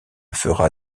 fera